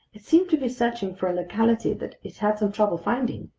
it seemed to be searching for a locality that it had some trouble finding.